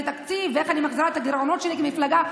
תקציב ואיך אני מחזירה את הגירעונות שלי כמפלגה.